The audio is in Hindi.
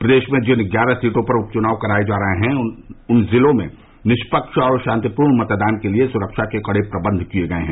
प्रदेश में जिन ग्यारह सीटों पर उपचुनाव कराये जा रहे हैं उन जिलों में निय्पक्ष और शांतिपूर्ण मतदान के लिए सुरक्षा के कड़े प्रबंध किये गये हैं